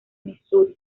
misuri